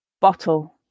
bottle